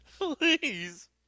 Please